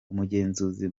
umugenzuzi